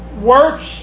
works